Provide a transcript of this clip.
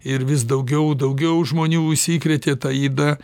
ir vis daugiau daugiau žmonių užsikrėtė ta yda